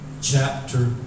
chapter